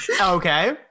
Okay